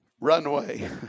runway